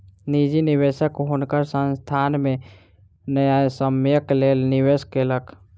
निजी निवेशक हुनकर संस्थान में न्यायसम्यक लेल निवेश केलक